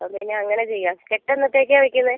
അപ്പം പിന്നെ അങ്ങനെ ചെയ്യാം കെട്ട് എന്നത്തേക്കാണ് വയ്ക്കുന്നത്